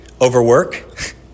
Overwork